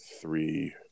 three